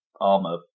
armor